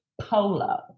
polo